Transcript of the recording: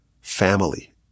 family